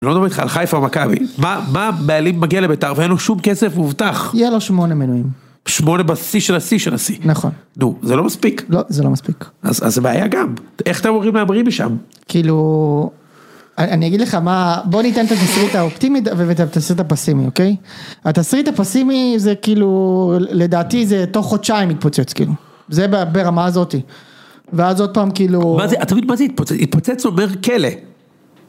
אני לא מדבר איתך על חיפה או מכבי, מה הבעלים מגיע לבית"ר ואין לו שום כסף מובטח. יהיה לו שמונה מנויים. שמונה בשיא של השיא של השיא. נכון. נו, זה לא מספיק. לא, זה לא מספיק. אז זה בעיה גם. איך אתם אמורים להמריא משם? כאילו, אני אגיד לך מה, בוא ניתן את התסריט האופטימי ואת התסריטה הפסימי, אוקיי? התסריט הפסימי זה כאילו, לדעתי זה תוך חודשיים יתפוצץ, כאילו. זה ברמה הזאת. ואז עוד פעם, כאילו. מה זה יתפוצץ? יתפוצץ עובר כלא.